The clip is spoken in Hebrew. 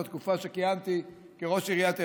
בתקופה שכיהנתי כראש עיריית אילת,